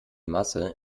masse